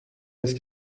است